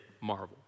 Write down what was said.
marvel